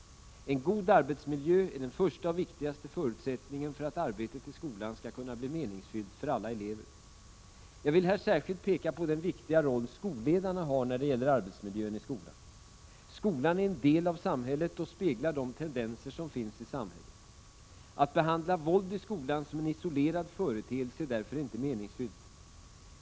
En god arbetsmiljö är den första och viktigaste förutsättningen för att arbetet i skolan skall kunna bli meningsfyllt för alla elever. Jag vill här särskilt peka på den viktiga roll skolledarna har när det gäller arbetsmiljön i skolan. Skolan är en del av samhället och speglar de tendenser som finns i samhället. Att behandla våld i skolan som en isolerad företeelse är därför inte meningsfyllt.